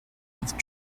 with